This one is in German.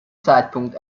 zeitpunkt